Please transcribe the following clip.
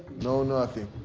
no nothing,